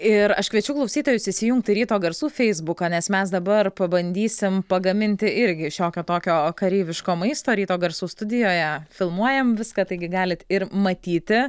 ir aš kviečiu klausytojus įsijungti ryto garsų feisbuką nes mes dabar pabandysim pagaminti irgi šiokio tokio kareiviško maisto ryto garsų studijoje filmuojam viską taigi galit ir matyti